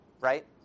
right